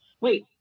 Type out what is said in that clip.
Wait